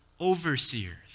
overseers